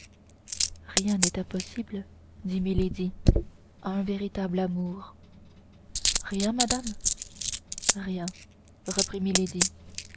rien n'est impossible dit milady à un véritable amour rien madame rien reprit milady